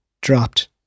dropped